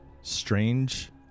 strange